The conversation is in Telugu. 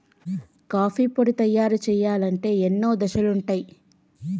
కాఫీ పొడి తయారు చేయాలంటే ఎన్నో దశలుంటయ్